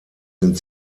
sind